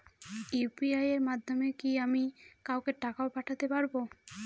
UPI এর মাধ্যমে কি আমি কাউকে টাকা ও পাঠাতে পারবো?